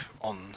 on